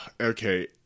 Okay